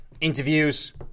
interviews